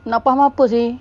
nak faham apa seh